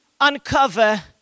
uncover